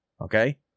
Okay